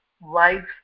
wives